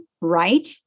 right